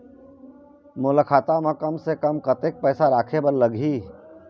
मोला खाता म कम से कम कतेक पैसा रखे बर लगही?